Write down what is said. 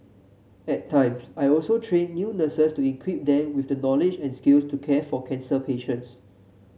at times I also train new nurses to equip them with the knowledge and skills to care for cancer patients